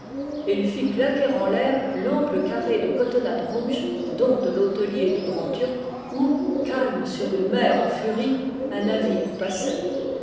il fit claquer en l'air l'ample carré de cotonnade rouge don de l'hôtelier du grand-turc où calme sur une mer en furie un navire passait